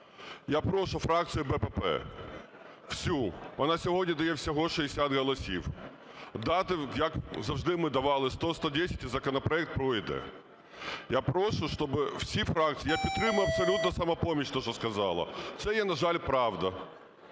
Я прошу фракцію БПП всю, вона сьогодні дає всього 60 голосів, дати, як завжди ми давали 100-110, і законопроект пройде. Я прошу, щоб всю фракції… Я підтримую абсолютно "Самопоміч" те, що сказала, це є, на жаль, правда.